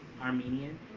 Armenian